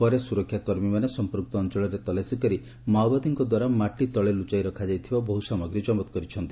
ପରେ ସୁରକ୍ଷାକର୍ମିମାନେ ସଂପୂକ୍ତ ଅଂଚଳରେ ତଲାସୀ କରି ମାଓବାଦୀଙ୍କ ଦ୍ୱାରା ମାଟି ତଳେ ଲୁଚାଇ ରଖାଯାଇଥିବା ବହୁ ସାମଗ୍ରୀ ଜବତ କରିଛନ୍ତି